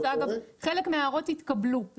ואגב, חלק מההערות התקבלו.